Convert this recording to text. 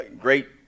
great